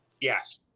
Yes